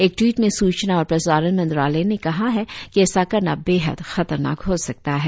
एक ट्वीट में सूचना और प्रसारण मंत्रालय ने कहा है कि ऐसा करना बेहद खतरनाक हो सकता है